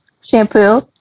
shampoo